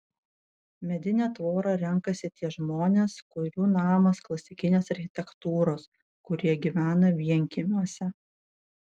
medinę tvorą renkasi tie žmonės kurių namas klasikinės architektūros kurie gyvena vienkiemiuose